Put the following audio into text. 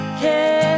care